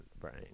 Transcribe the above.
brain